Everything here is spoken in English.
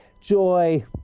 joy